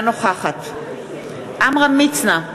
אינה נוכחת עמרם מצנע,